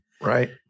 Right